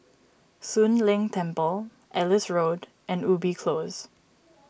Soon Leng Temple Ellis Road and Ubi Close